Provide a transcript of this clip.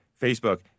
Facebook